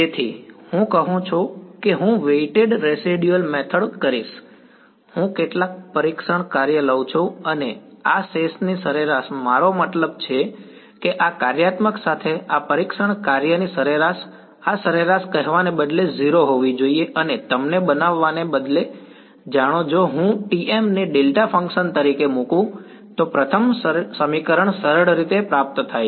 તેથી હું કહું છું કે હું વેઈટેડ રેસિડ્યુલ મેથડ કરીશ હું કેટલાક પરીક્ષણ કાર્ય લઉં છું અને આ શેષની સરેરાશ મારો મતલબ છે કે આ કાર્યાત્મક સાથે આ પરીક્ષણ કાર્યની સરેરાશ આ સરેરાશ કહેવાને બદલે 0 હોવી જોઈએ અને તમને બનાવવાને બદલે જાણો જો હું Tm ને ડેલ્ટા ફંક્શન તરીકે મુકું તો પ્રથમ સમીકરણ સરળ રીતે પ્રાપ્ત થાય છે